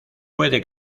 puede